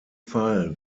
fall